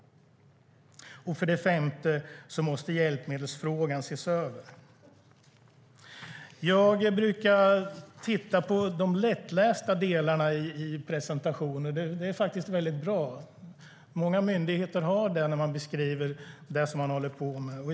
För det femte måste hjälpmedelsfrågan ses över. Jag brukar titta på de lättlästa delarna av olika presentationer. De är faktiskt väldigt bra. Många myndigheter har sådana där de beskriver vad de håller på med.